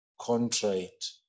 contrite